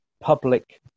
public